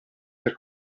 per